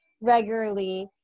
regularly